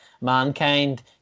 Mankind